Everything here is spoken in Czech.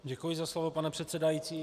Děkuji za slovo, pane předsedající.